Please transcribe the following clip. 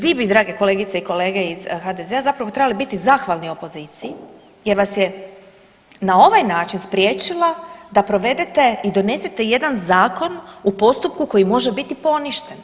Vi bi, drage kolegice i kolege iz HDZ-a zapravo trebali biti zahvalni opoziciji, jer vas je na ovaj način spriječila da provedete i donesete jedan Zakon u postupku koji može biti poništen.